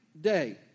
day